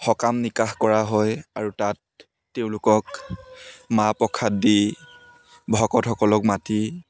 সকাম নিকাহ কৰা হয় আৰু তাত তেওঁলোকক মাহ প্ৰসাদ দি ভকতসকলক মাতি